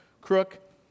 crook